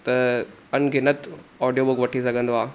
त अनगिनत audio book वठी सघंदो आहे